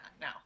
now